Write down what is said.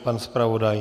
Pan zpravodaj?